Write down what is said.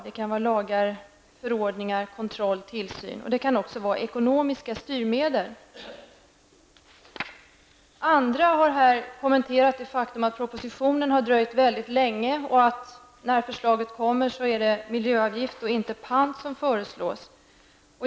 Det kan vara lagar, förordningar, kontroll, tillsyn och även ekonomiska styrmedel. Andra talare här har kommenterat att propositionen har dröjt mycket länge och att det, när förslaget kommer, är miljöavgift och inte pant som föreslås.